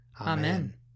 Amen